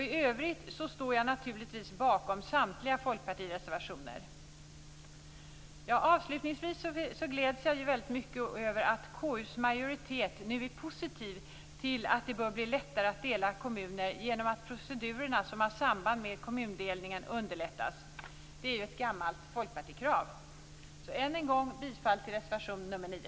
I övrigt står jag naturligtvis bakom samtliga Folkpartireservationer. Avslutningsvis gläds jag ju väldigt mycket över att KU:s majoritet nu är positiv till att det bör bli lättare att dela kommuner genom att de procedurer som har samband med kommundelningen underlättas. Det är ju ett gammalt Folkpartikrav. Jag vill än en gång yrka bifall till reservation nr 9.